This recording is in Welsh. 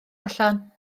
allan